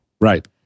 Right